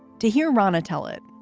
to hear rana tell it,